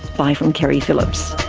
bye from keri phillips